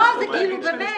כאילו באמת.